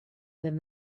than